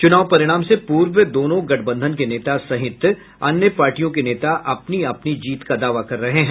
चुनाव परिणाम से पूर्व दोनों गठबंधन के नेता सहित अन्य पार्टियों के नेता अपनी अपनी जीत का दावा कर रहे हैं